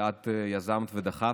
שאת יזמת ודחפת,